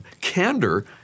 candor